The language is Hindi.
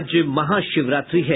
आज महाशिवरात्रि है